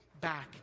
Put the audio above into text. back